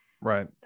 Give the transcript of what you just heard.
right